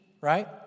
Right